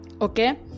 okay